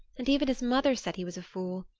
and even his mother said he was a fool.